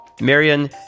Marion